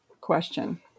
question